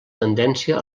tendència